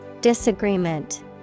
Disagreement